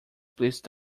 please